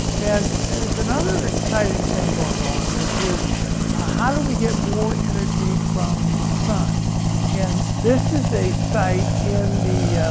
and there's another exciting thing that's going on which is how do we get more energy from the sun and this is a sight in the